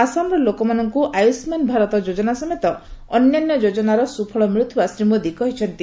ଆସାମ ଲୋକମାନଙ୍କୁ ଆୟୁଷ୍ମାନ ଭାରତ ଯୋଜନା ସମେତ ଅନ୍ୟାନ୍ୟ ଯୋଜନାରେ ସୁଫଳ ମିଳୁଥିବା ଶ୍ରୀ ମୋଦି କହିଛନ୍ତି